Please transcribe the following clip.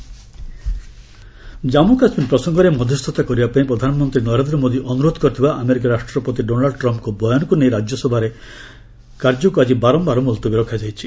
RS adjourn Jammu Kashmir ପ୍ରସଙ୍ଗରେ ମଧ୍ୟସ୍ଥତା କରିବା ପାଇଁ ପ୍ରଧାନମନ୍ତ୍ରୀ ନରେନ୍ଦ୍ର ମୋଦୀ ଅନୁରୋଧ କରିଥିବା ଆମେରିକା ରାଷ୍ଟ୍ରପତି ଡୋନାଲୁ ଟ୍ରମ୍ଫ୍ଙ୍କ ବୟାନକୁ ନେଇ ରାଜ୍ୟସଭାରେ ମଧ୍ୟ ସଭା କାର୍ଯ୍ୟକୁ ଆଜି ବାରମ୍ଭାର ମୁଲତବୀ ରଖାଯାଇଛି